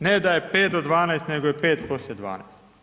Ne da je 5 do 12 nego je 5 poslije 12.